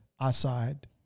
Outside